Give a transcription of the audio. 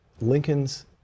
Lincoln's